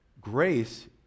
Grace